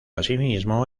asimismo